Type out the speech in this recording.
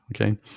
okay